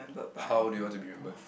how do you want to be remembered